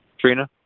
Trina